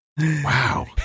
wow